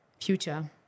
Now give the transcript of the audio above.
Future